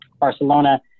Barcelona